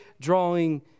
drawing